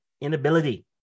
inability